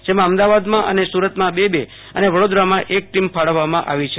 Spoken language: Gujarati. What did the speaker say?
જેમાં અમદાવાદમાં અને સુરતમાં બે બે અને વડોદરામાં એક ટીમ ફાળવવામાં આવી છે